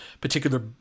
particular